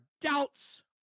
doubts